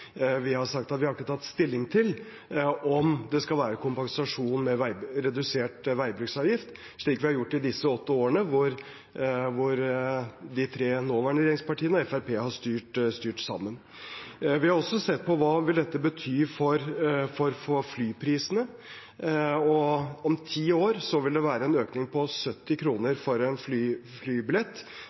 Vi har sagt at vi ikke har tatt stilling til om det skal være kompensasjon med redusert veibruksavgift, slik vi har gjort det i disse åtte årene, da de tre nåværende regjeringspartiene og Fremskrittspartiet har styrt sammen. Vi har også sett på hva dette vil bety for flyprisene. Om ti år vil det være en økning på 70 kr for en flybillett